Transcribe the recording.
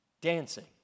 dancing